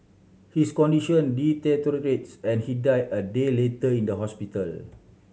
his condition deteriorates and he died a day later in the hospital